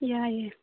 ꯌꯥꯏꯌꯦ